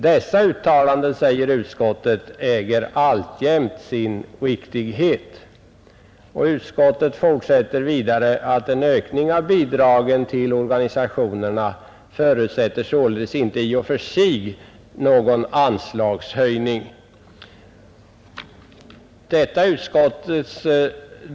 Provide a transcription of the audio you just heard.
Dessa uttalanden”, säger utskottet, ”har givetvis alltjämt sin giltighet.” Därefter säger utskottet att ”en ökning av bidragen till organisationerna förutsätter således i och för sig inte någon anslagshöjning”.